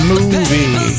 Movie